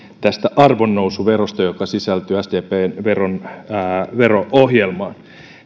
tästä arvonnousuverosta joka sisältyy sdpn vero ohjelmaan